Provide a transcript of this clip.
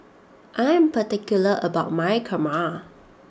I am particular about my Kurma